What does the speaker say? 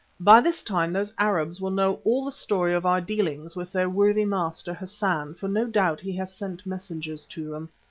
by this time those arabs will know all the story of our dealings with their worthy master, hassan, for no doubt he has sent messengers to them.